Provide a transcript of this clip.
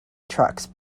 trucks